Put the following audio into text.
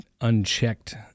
unchecked